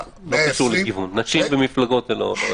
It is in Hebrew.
נשים ומפלגות לא קשורות.